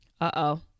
Uh-oh